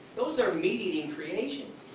those are meat eating creations.